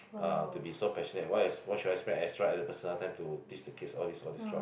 uh to be so passionate why I why should I spend extra at the personal time to teach the kids all this all extra